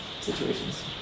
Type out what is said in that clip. situations